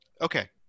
okay